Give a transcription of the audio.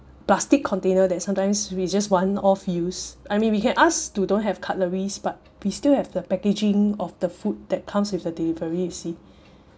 plastic container that sometimes we just one off use I mean we can ask to don't have cutleries but we still have the packaging of the food that comes with a delivery you see